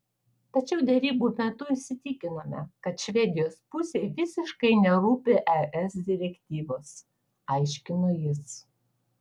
tačiau derybų metu įsitikinome kad švedijos pusei visiškai nerūpi es direktyvos aiškino jis